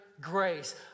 grace